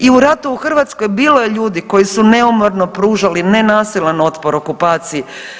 I u ratu u Hrvatskoj bilo je ljudi koji su neumorno pružali nenasilan otpor okupaciji.